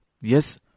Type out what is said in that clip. Yes